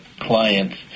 Clients